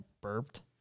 burped